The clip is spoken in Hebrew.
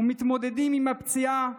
ומתמודדים עם הפציעה.